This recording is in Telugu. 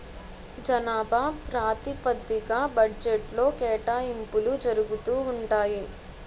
జనాభా ప్రాతిపదిగ్గా బడ్జెట్లో కేటాయింపులు జరుగుతూ ఉంటాయి